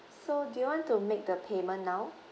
so do you want to make the payment now